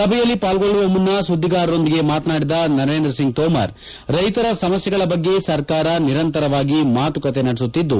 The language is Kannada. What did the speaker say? ಸಭೆಯಲ್ಲಿ ಪಾಲ್ಗೊಳ್ಳುವ ಮುನ್ನ ಸುದ್ದಿಗಾರರೊಂದಿಗೆ ಮಾತನಾಡಿದ ನರೇಂದ್ರಸಿಂಗ್ ತೋಮರ್ ರೈತರ ಸಮಸ್ಟೆಗಳ ಬಗ್ಗೆ ಸರ್ಕಾರ ನಿರಂತರವಾಗಿ ಮಾತುಕತೆ ನಡೆಸುತ್ತಿದ್ದು